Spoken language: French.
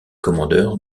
commandeur